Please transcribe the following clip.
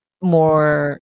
more